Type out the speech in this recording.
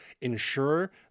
ensure